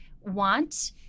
want